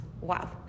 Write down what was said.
wow